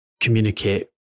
communicate